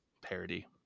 parody